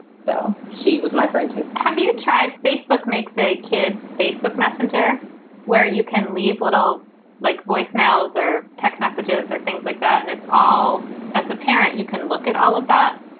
so she was my friend, too have you tried? facebook makes a kids facebook messenger where you can leave little like voicemails or text messages or things like that. and it's all as a parent, you can look at all of that.